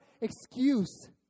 excuse